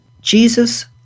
Jesus